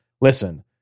listen